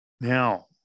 Now